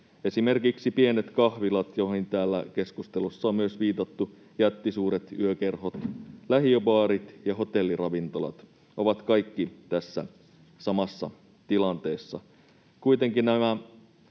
Esimerkiksi pienet kahvilat, joihin täällä keskustelussa on myös viitattu, jättisuuret yökerhot, lähiöbaarit ja hotelliravintolat ovat kaikki tässä samassa tilanteessa.